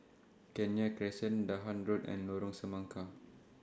Kenya Crescent Dahan Road and Lorong Semangka